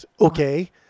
Okay